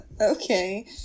Okay